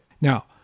Now